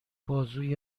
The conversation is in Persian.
بازوی